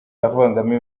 avangavanga